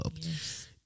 Yes